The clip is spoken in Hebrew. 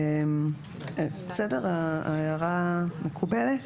ההערה מקובלת?